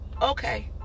okay